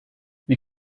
wie